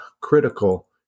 critical